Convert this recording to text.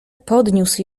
podniósł